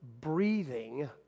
breathing